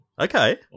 Okay